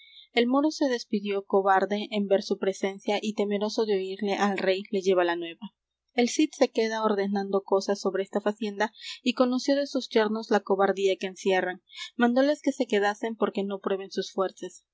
moro se despidió cobarde en ver su presencia y temeroso de oirle al rey le lleva la nueva el cid se queda ordenando cosas sobre esta facienda y conoció de sus yernos la cobardía que encierran mandóles que se quedasen porque no prueben sus fuerzas